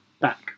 back